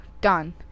Done